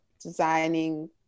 designing